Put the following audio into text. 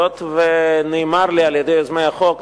היות שנאמר לי על-ידי יוזמי החוק,